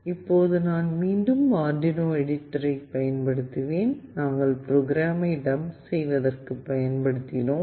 இப்போது நான் மீண்டும் ஆர்டுயினோ எடிட்டரைப் பயன்படுத்துவேன் நாங்கள் புரோகிராமை டம்ப் செய்வதற்கு பயன்படுத்தினோம்